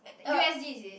U_S_D is it